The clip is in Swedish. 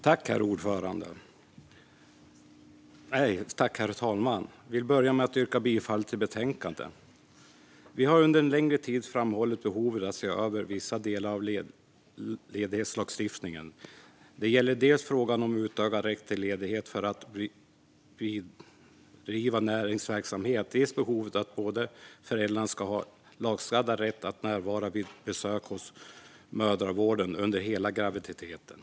Herr talman! Jag vill börja med att yrka bifall till utskottets förslag i betänkandet. Vi har under en längre tid framhållit behovet av att se över vissa delar av ledighetslagstiftningen. Det gäller dels frågan om utökad rätt till ledighet för att bedriva näringsverksamhet, dels behovet av att båda föräldrarna ska ha lagstadgad rätt att närvara vid besök hos mödravården under hela graviditeten.